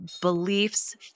beliefs